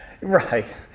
Right